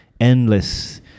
endless